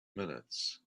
minutes